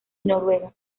noruega